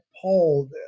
paul